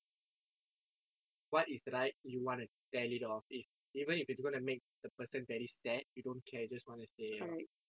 what is right you want to tell it off even if it's going to make the person very sad you don't care just want to say it out